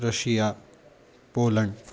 Russia Poland